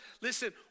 Listen